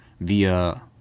via